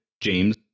James